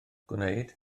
gwneud